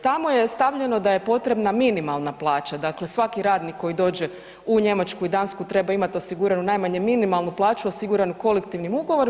Tamo je stavljeno da je potrebna minimalna plaća, dakle svaki radnik koji dođe u Njemačku i Dansku treba imati osiguranu najmanje minimalnu plaću osiguranu kolektivnim ugovorom.